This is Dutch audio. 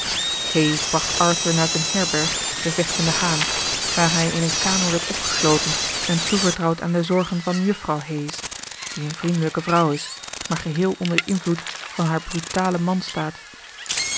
hayes bracht arthur naar zijn herberg de vechtende haan waar hij in een kamer werd opgesloten en toevertrouwd aan de zorgen van juffrouw hayes die een vriendelijke vrouw is maar geheel onder den invloed van haar brutalen man staat